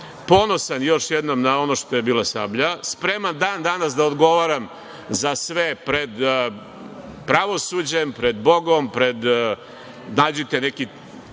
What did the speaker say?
ponosan, još jednom, na ono što je bila "Sablja", spreman i dan danas da odgovaram za sve pred pravosuđem, pred Bogom, pred,